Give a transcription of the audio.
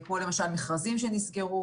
כמו, למשל, מכרזים שנסגרו.